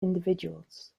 individuals